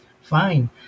fine